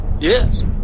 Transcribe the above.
Yes